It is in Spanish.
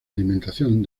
alimentación